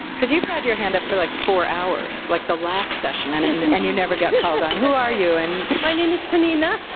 because you've had your hand up for like four hours, like the last session, and and and you never got called on. who are you? and my name is penina.